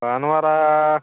ಭಾನುವಾರ